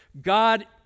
God